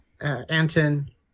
Anton